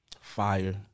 Fire